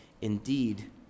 Indeed